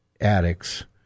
addicts